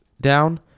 down